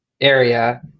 area